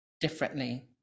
differently